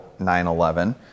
911